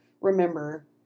remember